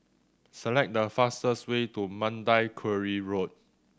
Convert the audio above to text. select the fastest way to Mandai Quarry Road